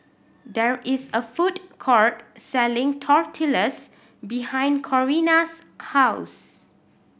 there is a food court selling Tortillas behind Corrina's house